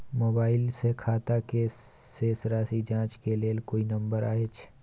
Mobile से खाता के शेस राशि जाँच के लेल कोई नंबर अएछ?